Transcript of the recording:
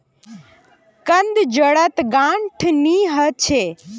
कंद जड़त गांठ नी ह छ